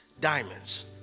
diamonds